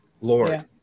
Lord